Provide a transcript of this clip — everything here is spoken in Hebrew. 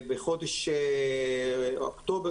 בחודש אוקטובר,